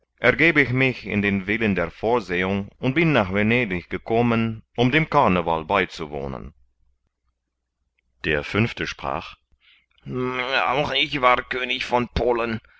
ergebe ich mich in den willen der vorsehung und bin nach venedig gekommen um dem carneval beizuwohnen der fünfte sprach auch ich war könig von polen